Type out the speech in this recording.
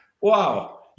Wow